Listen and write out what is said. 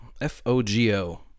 F-O-G-O